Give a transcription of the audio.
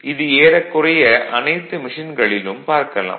இது ஏறக்குறைய அனைத்து மெஷின்களிலும் பார்க்கலாம்